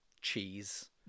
cheese